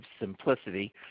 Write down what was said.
simplicity